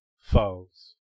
foes